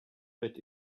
that